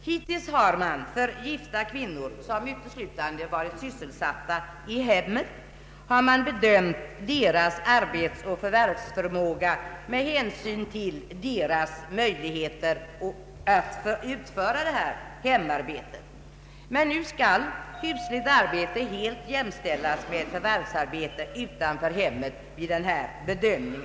Hittills har man för gifta kvinnor som uteslutande har varit sysselsatta i hemmet bedömt deras arbetsoch förvärvsförmåga med hänsyn till deras möjligheter att utföra detta hemarbete. Men nu skall husligt arbete helt jämställas med förvärvsarbete utanför hemmet i denna bedömning.